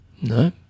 no